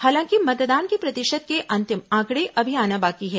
हालांकि मतदान के प्रतिशत के अंतिम आंकड़े अभी आना बाकी है